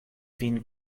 vin